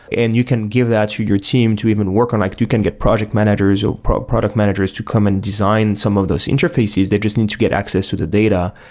and you can give that to your team to even work on. like you can get project managers, or product product managers to come and design some of those interfaces. they just need to get access to the data,